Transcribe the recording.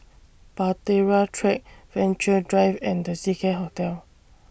Bahtera Track Venture Drive and The Seacare Hotel